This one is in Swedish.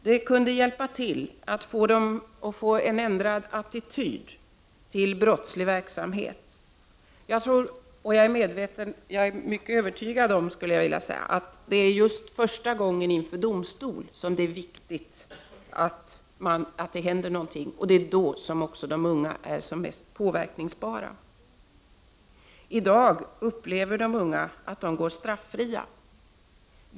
Det kunde hjälpa till att ge dem en ändrad attityd till brottslig verksamhet. Jag är mycket övertygad om att det är just första gången inför domstol som det är viktigt att det händer någonting. Då är också de unga som mest påverkningsbara. I dag upplever de unga att de går straffria.